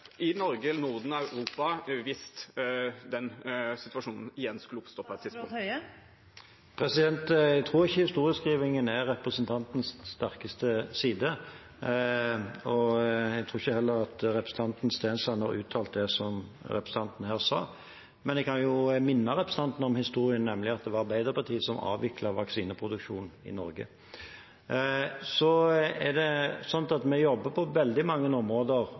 i Norge, Norden eller Europa – hvis den situasjonen igjen skulle oppstå? Jeg tror ikke historieskriving er representantens sterkeste side, og jeg tror heller ikke at representanten Stensland har uttalt det som representanten her sa. Men jeg kan minne representanten om historien, nemlig at det var Arbeiderpartiet som avviklet vaksineproduksjonen i Norge. Vi jobber på veldig mange områder